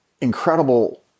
incredible